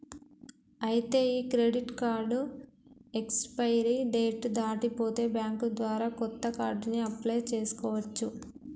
ఐతే ఈ credit card expiry date దాటి పోతే బ్యాంక్ ద్వారా కొత్త కార్డుని అప్లయ్ చేసుకోవచ్చు